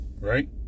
Right